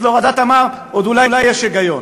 אז להורדת המע"מ אולי עוד יש היגיון,